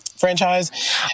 franchise